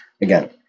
Again